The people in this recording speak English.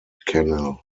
canal